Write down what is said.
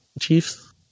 Chiefs